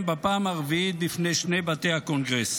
בפעם הרביעית בפני שני בתי הקונגרס.